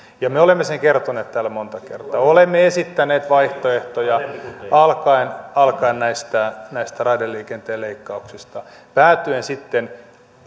ja me olemme sen kertoneet täällä monta kertaa olemme esittäneet vaihtoehtoja alkaen alkaen näistä näistä raideliikenteen leikkauksista päätyen sitten